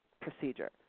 procedure